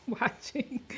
watching